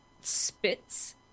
spits